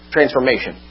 Transformation